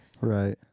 right